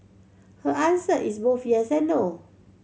her answer is both yes and no